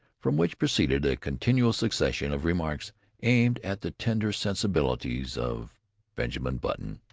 from which proceeded a continual succession of remarks aimed at the tender sensibilities of benjamin button.